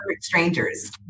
strangers